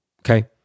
okay